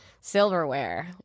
silverware